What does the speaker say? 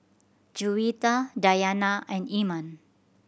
Juwita Dayana and Iman